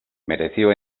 mereció